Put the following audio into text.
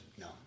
No